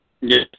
Yes